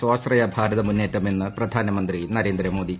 സ്വാശ്രയ ഭാരത മുന്നേറ്റം എന്ന് പ്രധാനമന്ത്രി നരേന്ദ്രമോദി